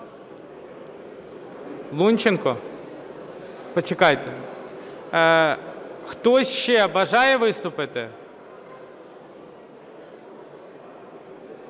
Лунченко? Почекайте. Хтось ще бажає виступити?